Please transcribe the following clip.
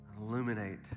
illuminate